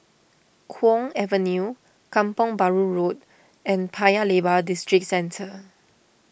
Kwong Avenue Kampong Bahru Road and Paya Lebar Districentre